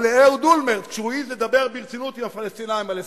או לאהוד אולמרט כשהוא העז לדבר ברצינות עם הפלסטינים על הסכם.